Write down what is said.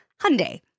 Hyundai